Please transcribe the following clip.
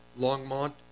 Longmont